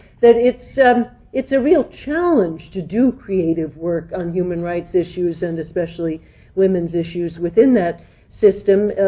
that it's ah it's a real challenge to do creative work on human rights issues, and especially women's issues, within that system.